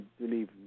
believe